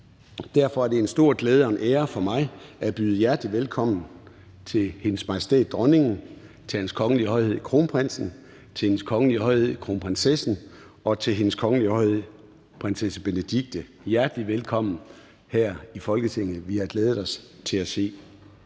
Derfor er det en stor glæde og en ære for mig at byde hjerteligt velkommen til Hendes Majestæt Dronningen, til Hans Kongelige Højhed Kronprinsen, til Hendes Kongelige Højhed Kronprinsessen og til Hendes Kongelige Højhed Prinsesse Benedikte. Hjerteligt velkommen her i Folketinget. Vi har glædet os til at se